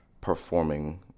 performing